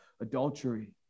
adultery